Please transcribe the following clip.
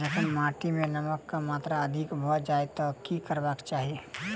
जखन माटि मे नमक कऽ मात्रा अधिक भऽ जाय तऽ की करबाक चाहि?